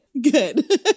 good